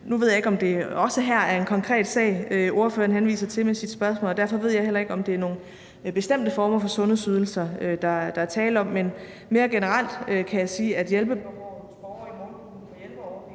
Nu ved jeg ikke, om det også her er en konkret sag, spørgeren henviser til med sit spørgsmål, og derfor ved jeg heller ikke, om det er nogle bestemte former for sundhedsydelser, der er tale om. Men mere generelt kan jeg sige, at hjælpebehovet hos borgere i målgruppen for hjælpeordningerne